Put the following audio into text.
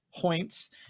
points